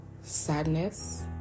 sadness